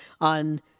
on